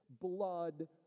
blood